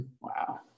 Wow